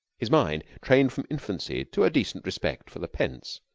his mind, trained from infancy to a decent respect for the pence,